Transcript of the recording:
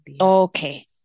okay